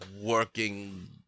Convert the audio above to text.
working